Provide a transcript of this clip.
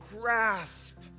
grasp